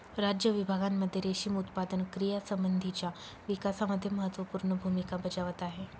राज्य विभागांमध्ये रेशीम उत्पादन क्रियांसंबंधीच्या विकासामध्ये महत्त्वपूर्ण भूमिका बजावत आहे